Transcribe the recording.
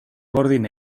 gordin